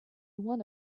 one